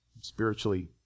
spiritually